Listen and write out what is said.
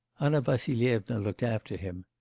anna vassilyevna looked after him.